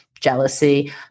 jealousy